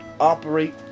operate